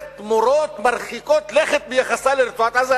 תמורות מרחיקות לכת ביחסה לרצועת-עזה?